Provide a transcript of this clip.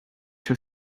your